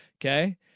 okay